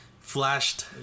flashed